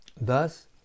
Thus